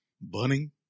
burning